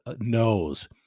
knows